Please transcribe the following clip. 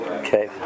okay